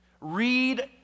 Read